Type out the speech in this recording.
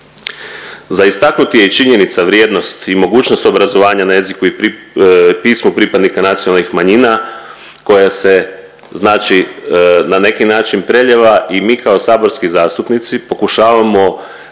Za istaknuti je i činjenica vrijednost i mogućnost obrazovanja na jeziku i pismu pripadnika nacionalnih manjina koja se znači na neki način preljeva i mi kao saborski zastupnici pokušavamo zajednički